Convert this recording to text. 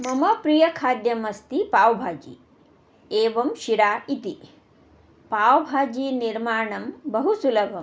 मम प्रियखाद्यमस्ति पाव् भाजि एवं शिरा इति पाव्भाजी निर्माणं बहु सुलभम्